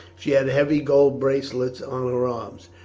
she had heavy gold bracelets on her arms.